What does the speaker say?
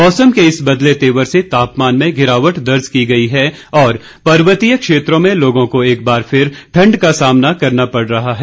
मौसम के इस बदले तेवर से तापमान में गिरावट दर्ज की गई है और पर्वतीय क्षेत्रों में लोगों को एक बार फिर ठंड का सामना करना पड़ रहा है